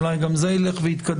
אולי גם זה ילך ויתקדם,